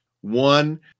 One